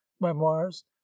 memoirs